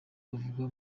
bavugwa